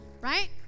right